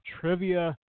trivia